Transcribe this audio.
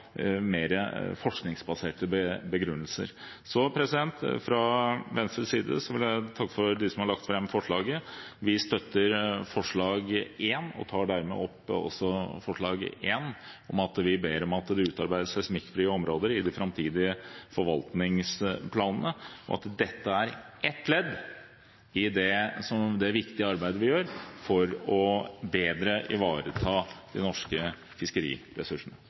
mer forskningsbaserte begrunnelser. Så fra Venstres side vil jeg takke dem som har lagt fram forslaget. Vi støtter forslag nr. 1, om å be om at det opprettes seismikkfrie områder i de framtidige forvaltningsplanene. Dette er ett ledd i det viktige arbeidet vi gjør for bedre å ivareta de norske fiskeriressursene.